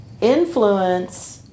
influence